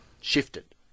shifted